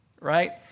right